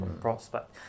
prospect